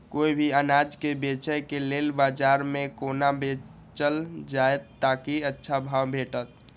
कोय भी अनाज के बेचै के लेल बाजार में कोना बेचल जाएत ताकि अच्छा भाव भेटत?